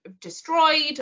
destroyed